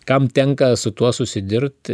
kam tenka su tuo susidurt